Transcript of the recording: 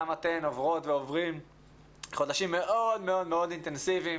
גם אתן עוברות ועוברים חודשים מאוד מאוד מאוד אינטנסיביים